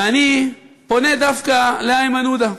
ואני פונה דווקא לאיימן עודה,